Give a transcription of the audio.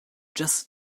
just